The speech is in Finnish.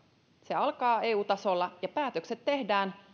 se alkaa eu tasolla ja päätökset tehdään